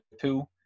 two